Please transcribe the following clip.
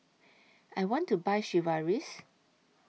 I want to Buy Sigvaris